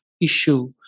issue